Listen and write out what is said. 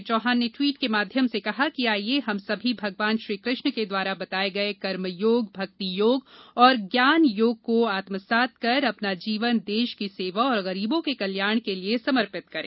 श्री चौहान ने ट्वीट के माध्यम से कहा कि आइए हम सभी भगवान श्रीकृष्ण के द्वारा बताये गये कर्मयोग भक्तियोग और ज्ञानयोग को आत्मसात कर अपना जीवन देश की सेवा और गरीबों के कल्याण के लिये समर्पित करें